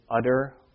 utter